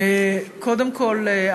קודם כול,